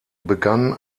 begann